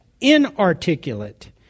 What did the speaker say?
inarticulate